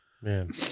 Man